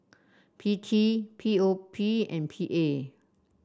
P T P O P and P A